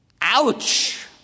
Ouch